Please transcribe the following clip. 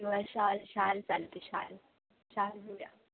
किंवा शाल शाल चालते शाल शाल घेऊया